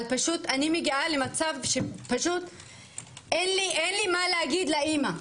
אבל פשוט אני מגיעה למצב שפשוט אין לי מה להגיד לאימא.